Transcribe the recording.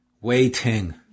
waiting